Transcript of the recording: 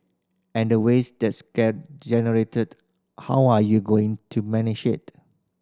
and the waste that's generated how are you going to manage it